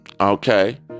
Okay